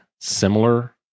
similar